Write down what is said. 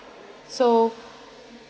so